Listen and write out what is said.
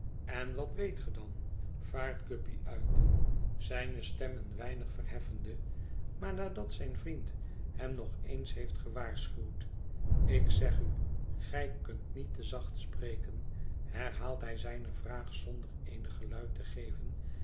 en wat weet ge dan ss bet verlaten huis vaart guppy uit zijne stem een weinig verheffende maar nadat zijn vriend hem nog eens heeft gewaarschuwd ik zeg u gij kunt niet te zacht spreken herhaalt hij zijne vraag zonder eenig geluid te geven